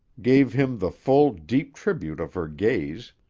gave him the full, deep tribute of her gaze,